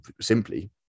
simply